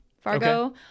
fargo